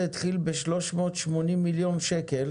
התחיל ב-382 מיליון שקל